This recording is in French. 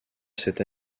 cette